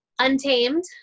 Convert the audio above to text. Untamed